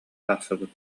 тахсыбыт